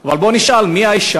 אבל בוא נשאל, מי האישה?